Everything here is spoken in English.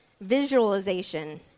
visualization